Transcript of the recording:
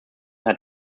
had